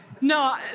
No